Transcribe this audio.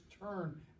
turn